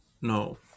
no